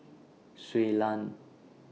Shui Lan